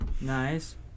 Nice